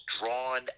drawn